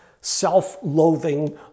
self-loathing